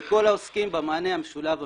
לכל העוסקים במענה המשולב המבצעי,